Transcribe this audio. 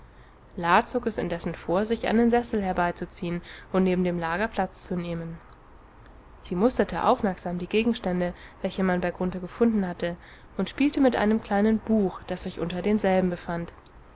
zog es indessen vor sich einen sessel herbeizuziehen und neben dem lager platz zu nehmen sie musterte aufmerksam die gegenstände welche man bei grunthe gefunden hatte und spielte mit einem kleinen buch das sich unter denselben befand